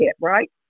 right